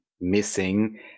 missing